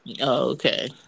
okay